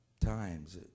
times